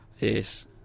yes